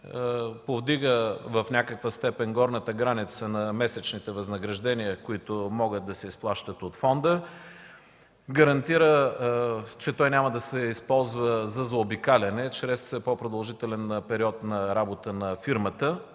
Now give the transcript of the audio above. повдига в някаква степен горната граница на месечните възнаграждения, които могат да се изплащат от фонда; гарантира, че той няма да се използва за заобикаляне чрез по-продължителен период на работа на фирмата.